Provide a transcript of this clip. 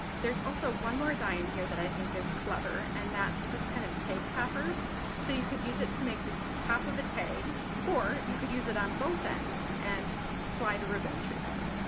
there's also one more die in here that i think is clever and that's this kind of tag topper so you could use it to make the top of a tag or you could use it on both ends and slide ribbon through there.